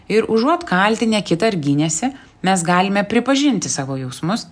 ir užuot kaltinę kitą ar gynęsi mes galime pripažinti savo jausmus